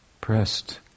pressed